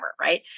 right